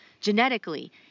genetically